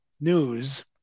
News